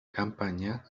campaña